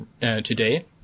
today